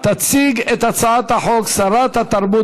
רויטל סויד ואלעזר שטרן,